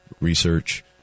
research